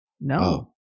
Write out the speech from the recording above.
No